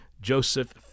Joseph